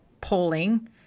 polling